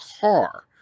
car